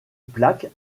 plaques